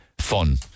fun